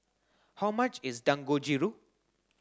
how much is Dangojiru